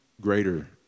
greater